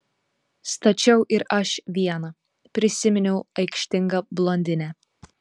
stačiau ir aš vieną prisiminiau aikštingą blondinę